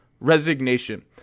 resignation